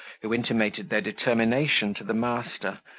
who intimated their determination to the master,